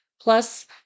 Plus